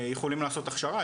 יכולים לעשות הכשרה,